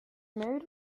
married